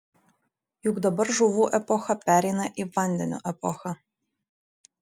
juk dabar žuvų epocha pereina į vandenio epochą